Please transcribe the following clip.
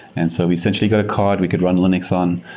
and so we essentially got a card we could run linux on,